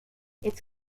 its